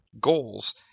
goals